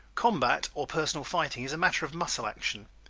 combat or personal fighting is a matter of muscle-action.